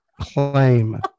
claim